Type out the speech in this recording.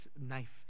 knife